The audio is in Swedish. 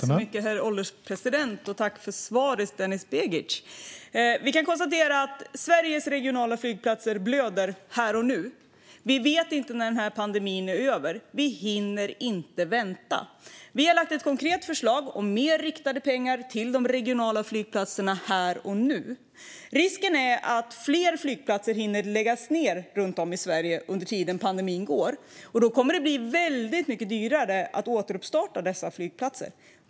Herr ålderspresident! Tack för svaret, Denis Begic! Vi kan konstatera att Sveriges regionala flygplatser blöder här och nu. Vi vet inte när den här pandemin är över. Vi hinner inte vänta. Vi har lagt fram ett konkret förslag om mer riktade pengar till de regionala flygplatserna här och nu. Risken är att fler flygplatser hinner läggas ned runt om i Sverige under tiden pandemin pågår, och då kommer det att bli väldigt mycket dyrare att återstarta dessa flygplatser.